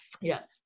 Yes